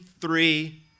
three